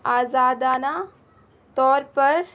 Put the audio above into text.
آزادانہ طور پر